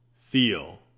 Feel